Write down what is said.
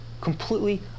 completely